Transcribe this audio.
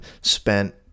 spent